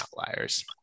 outliers